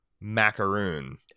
macaroon